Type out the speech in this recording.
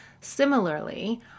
Similarly